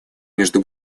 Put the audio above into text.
между